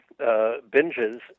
binges